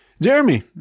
Jeremy